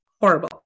horrible